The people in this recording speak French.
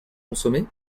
consommé